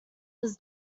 was